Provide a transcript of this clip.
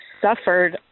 suffered